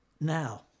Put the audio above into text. Now